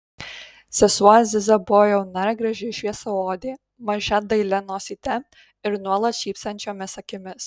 sesuo aziza buvo jauna ir graži šviesiaodė maža dailia nosyte ir nuolat šypsančiomis akimis